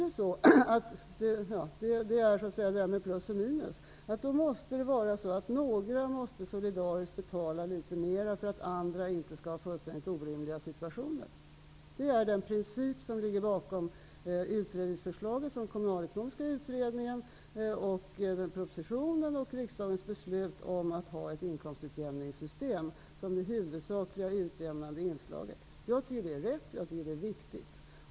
Det handlar alltså om det där med plus och minus. Och det här förefaller mig vara en relativt enkel matematik. Det är den princip som ligger bakom utredningsförslaget från kommunalekonomiska utredningen och bakom propositionen och riksdagens beslut om att ha ett inkomstutjämningssystem som det huvudsakliga utjämnande inslaget. Jag tycker att det är rätt och viktigt.